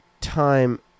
time